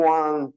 one